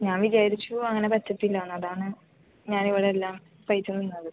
ഞാൻ വിചാരിച്ചു അങ്ങനെ പറ്റത്തില്ല എന്ന് അതാണ് ഞാൻ ഇവിടെ എല്ലാം സഹിച്ച് നിന്നത്